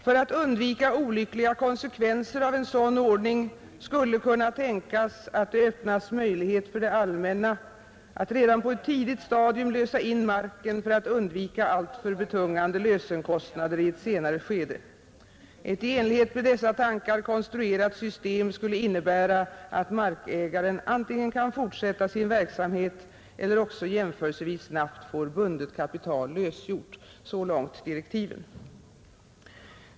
För att undvika olyckliga konsekvenser av en sådan ordning skulle kunna tänkas att det öppnas möjlighet för det allmänna att redan på ett tidigt stadium lösa in marken för att undvika alltför betungande lösenkostnader i ett senare skede. Ett i enlighet med dessa tankar konstruerat system skulle innebära att markägaren antingen kan fortsätta sin verksamhet eller också jämförelsevis snabbt får bundet kapital lösgjort.” Så långt direktiven.